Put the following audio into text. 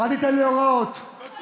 איתן, אנחנו לא יכולים, באמת.